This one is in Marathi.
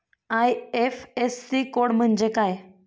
आय.एफ.एस.सी कोड म्हणजे काय?